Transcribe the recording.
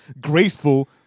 graceful